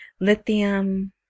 Lithium